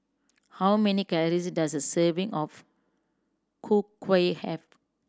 how many calories does a serving of Ku Kueh have